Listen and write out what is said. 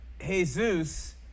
Jesus